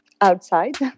outside